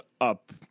up